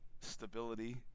stability